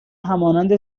همانند